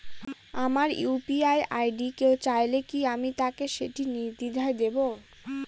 আমার UPI ID কেউ চাইলে কি আমি তাকে সেটি নির্দ্বিধায় দেব?